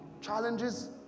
challenges